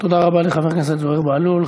תודה רבה לחבר הכנסת זוהיר בהלול.